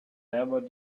never